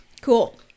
Cool